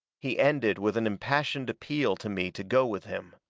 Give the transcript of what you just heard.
he ended with an impassioned appeal to me to go with him.